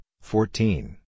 fourteen